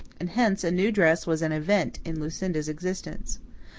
and hence a new dress was an event in lucinda's existence.